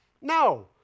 No